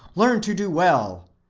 learn to do well,